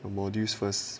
the modules first